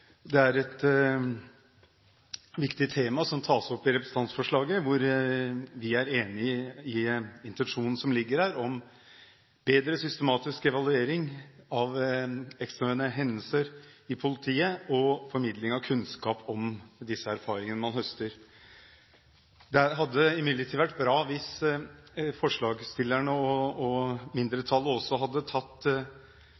Det er et viktig tema som tas opp i representantforslaget. Vi er enig i intensjonen som ligger der om bedre systematisk evaluering av ekstraordinære hendelser i politiet og formidling av kunnskap om de erfaringene man høster. Det hadde imidlertid vært bra hvis forslagsstillerne og mindretallet i sine vurderinger og